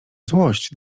złość